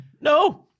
No